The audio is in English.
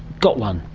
got one?